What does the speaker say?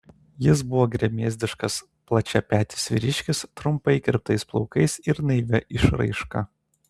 jis buvo gremėzdiškas plačiapetis vyriškis trumpai kirptais plaukais ir naivia išraiška